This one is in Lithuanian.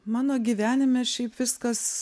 mano gyvenime šiaip viskas